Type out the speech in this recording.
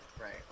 Right